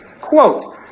quote